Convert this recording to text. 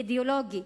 אידיאולוגי,